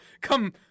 come